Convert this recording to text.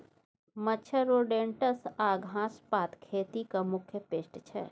मच्छर, रोडेन्ट्स आ घास पात खेतीक मुख्य पेस्ट छै